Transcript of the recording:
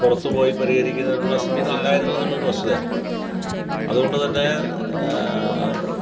പുറത്തുപോയി പരിഹരിക്കുന്നതിനുള്ള ശ്രമങ്ങൾ ഇല്ലായിരുന്നു എന്നുള്ളത് ഒരു വസ്തുതയാണ് അതുകൊണ്ടു തന്നെ